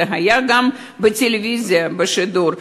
זה היה גם בטלוויזיה, בשידור.